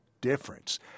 difference